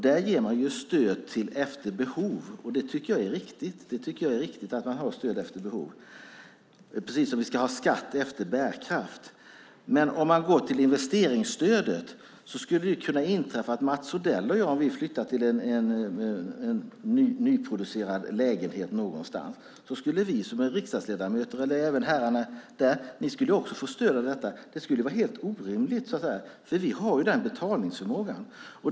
Där ger man stöd efter behov, vilket jag tycker är riktigt, precis som vi ska ha skatt efter bärkraft. Men med investeringsstödet skulle det kunna inträffa att Mats Odell och jag, om vi flyttade till nyproducerade lägenheter någonstans, eller herrarna Waidelich och Damberg, skulle få stöd av detta som riksdagsledamöter. Det skulle vara helt orimligt, för vi har betalningsförmåga.